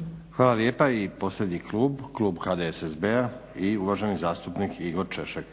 Nenad (SDP)** Hvala lijepa. I posljednji klub, Klub HDSSB-a i uvaženi zastupnik Igor Češek.